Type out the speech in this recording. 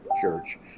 church